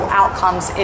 outcomes